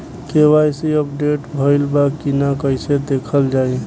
KYC update भइल बा कि ना कइसे देखल जाइ?